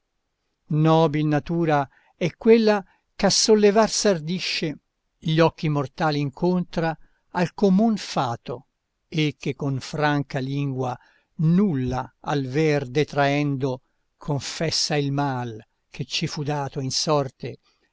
nobil natura è quella che a sollevar s'ardisce gli occhi mortali incontra al comun fato e che con franca lingua nulla al ver detraendo confessa il mal che ci fu dato